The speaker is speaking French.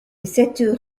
cette